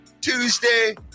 Tuesday